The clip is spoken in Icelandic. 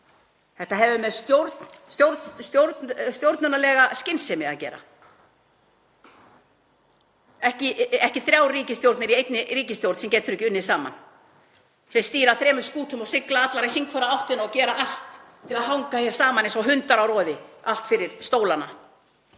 Þetta hefur með stjórnunarlega skynsemi að gera, ekki þrjár ríkisstjórnir í einni ríkisstjórn sem getur ekki unnið saman, sem stýra þremur skútum og sigla allar hver í sína áttina og gera allt til að hanga saman eins og hundar á roði, allt fyrir stólana.